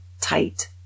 tight